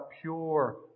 pure